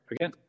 again